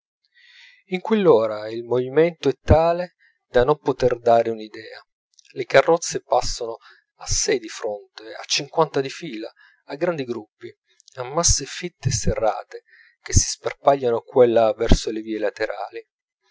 in quell'ora il movimento è tale da non poterne dare un'idea le carrozze passano a sei di fronte a cinquanta di fila a grandi gruppi a masse fitte e serrate che si sparpagliano qua e là verso le vie laterali